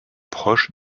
proche